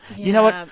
you know what?